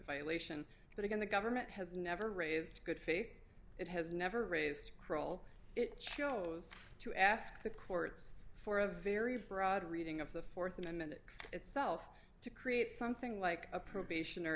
violation but again the government has never raised a good faith it has never raised croll it chose to ask the courts for a very broad reading of the th amendment itself to create something like a probation or